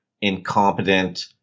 incompetent